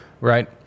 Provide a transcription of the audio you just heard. Right